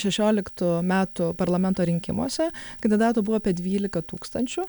šešioliktų metų parlamento rinkimuose kandidatų buvo apie dvylika tūkstančių